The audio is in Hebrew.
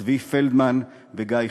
צבי פלדמן וגיא חבר.